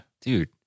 Dude